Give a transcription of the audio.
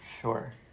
sure